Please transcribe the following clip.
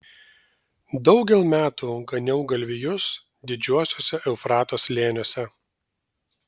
daugel metų ganiau galvijus didžiuosiuose eufrato slėniuose